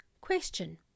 Question